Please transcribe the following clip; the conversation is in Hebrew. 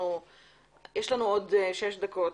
יש לנו עוד שש דקות.